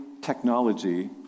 technology